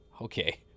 okay